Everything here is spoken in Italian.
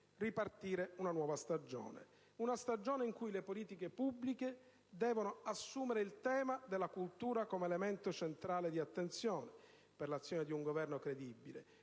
partire una nuova stagione, in cui le politiche pubbliche devono assumere il tema della cultura come elemento centrale di attenzione per l'azione di un Governo credibile;